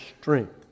strength